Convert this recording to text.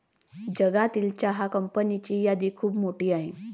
जगातील चहा कंपन्यांची यादी खूप मोठी आहे